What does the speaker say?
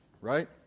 right